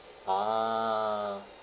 ah